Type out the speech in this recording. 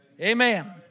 Amen